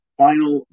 final